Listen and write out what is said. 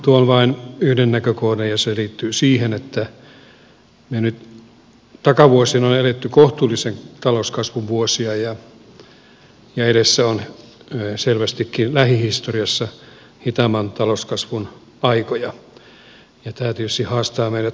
tuon vain yhden näkökohdan ja se liittyy siihen että me nyt takavuosina olemme eläneet kohtuullisen talouskasvun vuosia ja edessä on selvästikin lähihistoriassa hitaamman talouskasvun aikoja ja tämä tietysti haastaa meidät monella tapaa